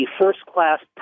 first-class